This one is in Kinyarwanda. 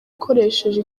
ukoresheje